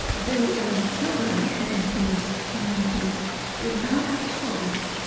the children in these communities did not have toys